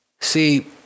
See